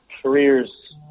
careers